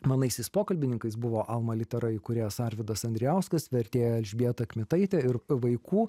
manaisiais pokalbininkais buvo alma litera įkūrėjas arvydas andrijauskas vertėja elžbieta kmitaitė ir vaikų